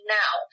now